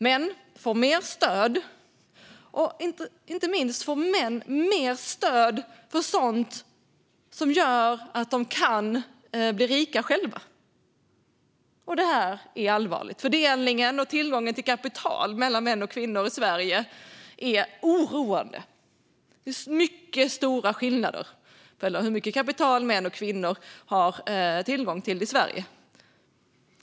Män får mer stöd, och inte minst får män mer stöd för sådant som gör att de själva kan bli rika. Detta är allvarligt. Fördelningen av och tillgången till kapital bland män och kvinnor i Sverige är oroande. Det är mycket stora skillnader mellan män och kvinnor i Sverige när det gäller hur mycket kapital de har tillgång till.